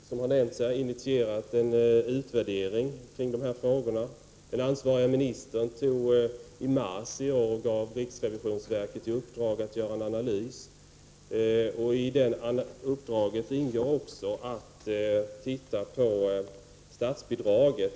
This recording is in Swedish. SÖ, som nämnts här, har initierat en utvärdering av dessa frågor. Den ansvarige ministern gav i mars i år riksrevisionsverket i uppdrag att göra en analys. I uppdraget ingår också att titta på statsbidraget.